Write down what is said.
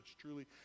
truly